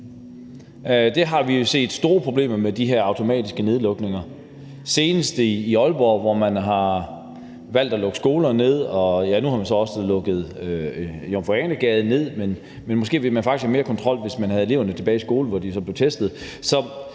Vi har jo set store problemer med de her automatiske nedlukninger. Det så vi senest i Aalborg, hvor man har valgt at lukke skoler ned, og nu har man så også lukket Jomfru Ane Gade ned, men måske ville man faktisk have mere kontrol, hvis man havde eleverne tilbage i skolen, hvor de så blev testet.